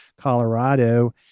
Colorado